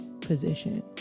position